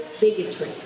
bigotry